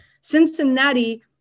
cincinnati